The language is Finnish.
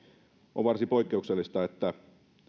on varsin poikkeuksellista että